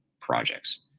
projects